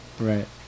Right